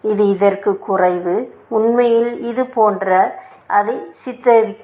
இது இதற்குக் குறைவு உண்மையில் இது போன்று அதை சித்தரிக்கும்